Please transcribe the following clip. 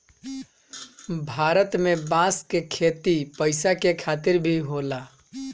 भारत में बांस क खेती पैसा के खातिर भी होला